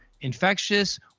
infectious